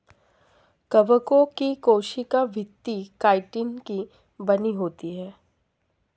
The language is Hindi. कवकों की कोशिका भित्ति काइटिन की बनी होती है